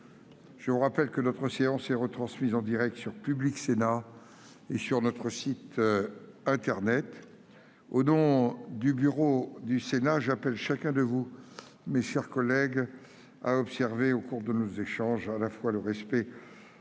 Je vous rappelle que la séance est retransmise en direct sur Public Sénat et sur notre site internet. Au nom du bureau du Sénat, j'appelle chacun de vous, mes chers collègues, à observer au cours de nos échanges l'une des